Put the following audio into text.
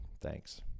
thanks